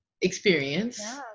experience